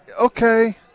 okay